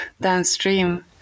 downstream